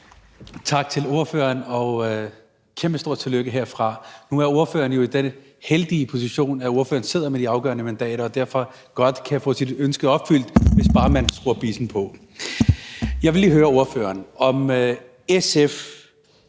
Tak til ordføreren og et kæmpestort tillykke herfra. Nu er ordføreren jo i den heldige position, at ordføreren sidder med de afgørende mandater og derfor godt kan få sit ønske opfyldt, hvis bare man skruer bissen på. Jeg vil lige høre ordføreren, om SF